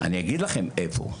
אני אגיד לכם איפה,